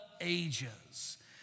ages